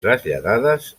traslladades